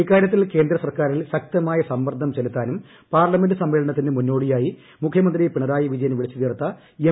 ഇക്കാര്യത്തിൽ കേന്ദ്രസർക്കാരിൽ ശക്തമായ സമ്മർദ്ദം ചെലുത്താനും പാർലമെന്റ് സമ്മേളനത്തിന് മുന്നോടിയായി മുഖ്യമന്ത്രി പിണറായി വിജയൻ വിളിച്ചുചേർത്ത എം